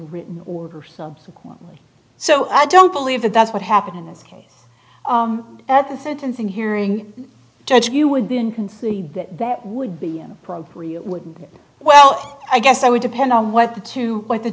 written order subsequently so i don't believe that that's what happened in this case at the sentencing hearing judge you would then concede that that would be inappropriate wouldn't it well i guess i would depend on what the two